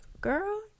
girl